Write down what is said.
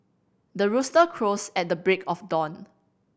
the rooster crows at the break of dawn